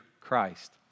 Christ